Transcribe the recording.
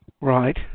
Right